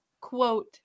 quote